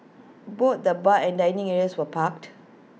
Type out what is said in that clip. both the bar and dining areas were packed